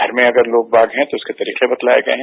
घर में अगर लोग बाग है तो इसके तरीके बतलाए गए हैं